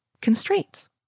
constraints